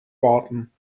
warten